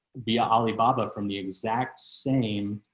via ali baba from the exact same